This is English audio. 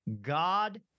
God